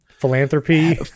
philanthropy